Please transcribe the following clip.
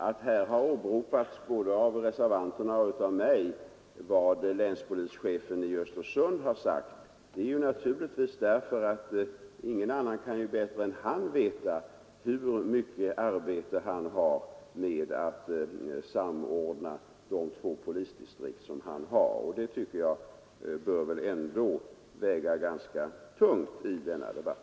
Anledningen till att både reservanterna och jag har åberopat vad länspolischefen i Östersund sagt är naturligtvis att ingen bättre än han kan veta hur mycket arbete det medför att samordna de två polisdistrikt han har. Det bör väl ändå väga ganska tungt i denna debatt.